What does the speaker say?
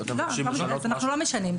אנחנו לא משנים.